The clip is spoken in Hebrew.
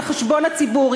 על חשבון הציבור.